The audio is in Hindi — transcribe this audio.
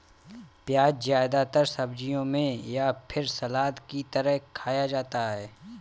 प्याज़ ज्यादातर सब्जियों में या फिर सलाद की तरह खाया जाता है